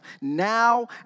Now